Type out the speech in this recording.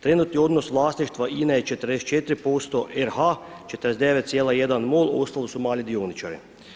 Trenutni odnos vlasništva INE je 44% RH, 49,1% MOL ostalo su mali dioničari.